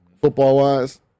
football-wise